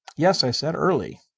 yes, i said. early.